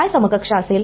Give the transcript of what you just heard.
काय समकक्ष असेल